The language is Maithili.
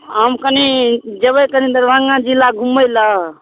हम कनि जयबै कनि दरभङ्गा जिला घुमै लऽ